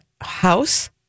house